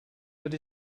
but